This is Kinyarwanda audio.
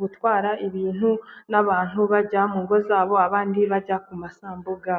gutwara ibintu n'abantu bajya mu ngo zabo abandi bajya mu masambu yabo.